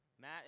Matt